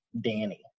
Danny